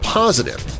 positive